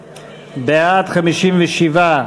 בעד, 57,